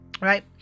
right